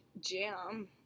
Jam